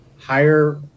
higher